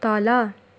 तल